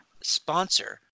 sponsor